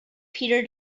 peter